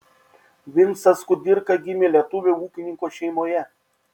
vincas kudirka gimė lietuvio ūkininko šeimoje